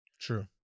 True